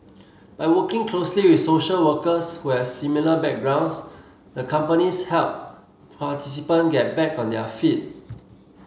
by working closely with social workers who has similar backgrounds the companies help participant get back on their feet